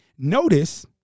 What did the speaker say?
Notice